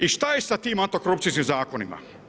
I šta je sa tim antikorupcijskim zakonima?